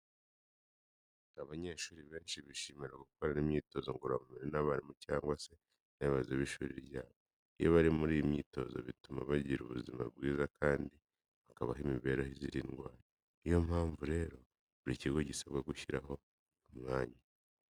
Abanyeshuri benshi bishimira gukorana imyitozo ngororamubiri n'abarimu cyangwa se n'abayobozi b'ishuri ryabo. Iyo bari muri iyi myitozo bituma bagira ubuzima bwiza kandi bakabaho imibereho izira indwara. Ni yo mpamvu rero buri kigo gisabwa gushyiraho uyu mwanya.